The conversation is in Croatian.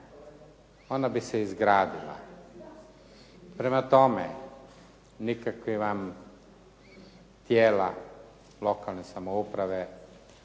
ona bi se izgradila. Prema tome, nikakva vam tijela lokalne samouprave